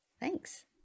Thanks